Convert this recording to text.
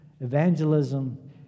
evangelism